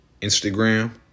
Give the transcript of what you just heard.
Instagram